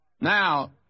Now